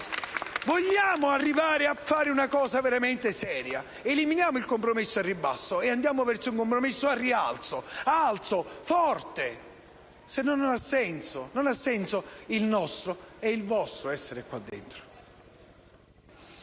Vogliamo arrivare a fare una cosa veramente seria? Eliminiamo il compromesso al ribasso e andiamo verso un compromesso al rialzo, alto, forte, altrimenti non ha senso il nostro e il vostro stare qua dentro.